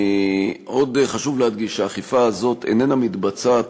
עוד חשוב להדגיש שהאכיפה הזאת איננה מתבצעת